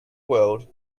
world